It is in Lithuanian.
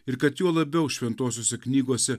ir kad juo labiau šventosiose knygose